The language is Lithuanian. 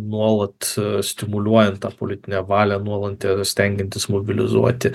nuolat stimuliuojant tą politinę valią nuolat ir stengiantis mobilizuoti